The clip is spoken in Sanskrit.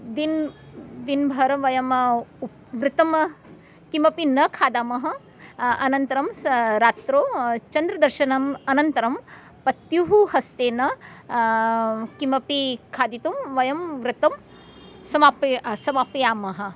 दिन् दिन्भर वयम् उप् व्रतं किमपि न खादामः अनन्तरं स रात्रौ चन्द्रदर्शनम् अनन्तरं पत्युः हस्तेन किमपि खादितुं वयं व्रतं समाप्य समापयामः